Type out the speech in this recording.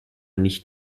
nicht